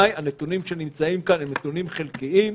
הנתונים שנמצאים כאן הם נתונים חלקיים,